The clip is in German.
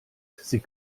sie